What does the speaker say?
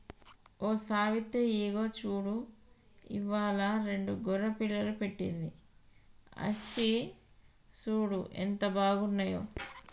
ఓ సావిత్రి ఇగో చూడు ఇవ్వాలా రెండు గొర్రె పిల్లలు పెట్టింది అచ్చి సూడు ఎంత బాగున్నాయో